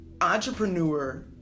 Entrepreneur